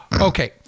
Okay